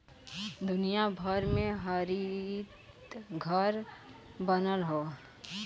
दुनिया भर में हरितघर बनल हौ